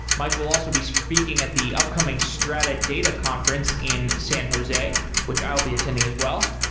mike will also be speaking at the upcoming strata data conference in san jose, which i'll be attending as well,